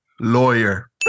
lawyer